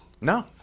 No